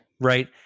Right